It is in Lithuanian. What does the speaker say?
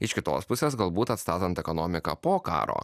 iš kitos pusės galbūt atstatant ekonomiką po karo